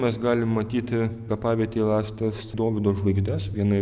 mes galim matyti kapavietėj rastas dovydo žvaigždes viena